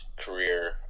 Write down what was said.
career